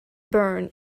burn